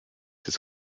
his